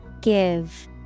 Give